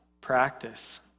practice